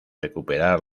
recuperar